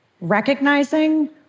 Recognizing